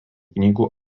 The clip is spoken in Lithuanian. knygų